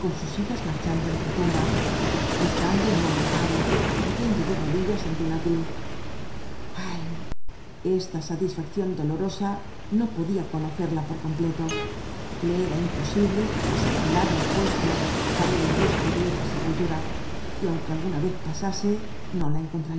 sus hijas marchando entre tumbas buscando un nombre amado cayendo de rodillas ante una cruz ay esta satisfacción dolorosa no podía conocerla por completo le era imposib'e pasar al lado opuesto para ir en busca de otra sepultura y aunque alguna vez pasase no la